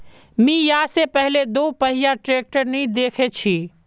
मी या से पहले दोपहिया ट्रैक्टर नी देखे छी